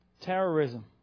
Terrorism